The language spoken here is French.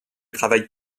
travail